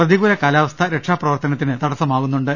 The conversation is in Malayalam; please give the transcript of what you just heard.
പ്രതികൂല കാലാവസ്ഥ രക്ഷാപ്രവർത്തനത്തിന് തടസ്സമാ കുന്നുണ്ട്